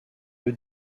eux